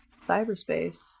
cyberspace